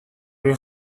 les